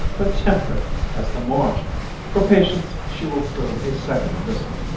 but temperate as the morn for patience she will prove a second grissel,